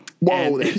Whoa